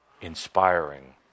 inspiring